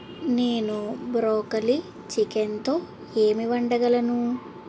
నేను బ్రోకలీ చికెన్తో ఏమి వండగలను